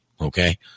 Okay